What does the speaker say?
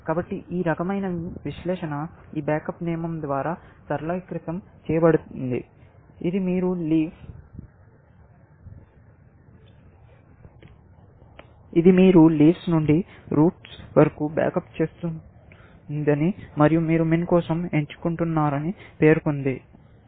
కాబట్టి ఈ రకమైన విశ్లేషణ ఈ బ్యాకప్ నియమం ద్వారా సరళీకృతం చేయబడింది ఇది మీరు లీఫ్ నుండి రూట్స్ వరకు బ్యాకప్ చేస్తుందని మరియు మీరు MIN కోసం ఎంచుకుంటారని పేర్కొంది